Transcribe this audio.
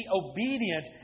obedient